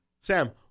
Sam